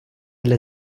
для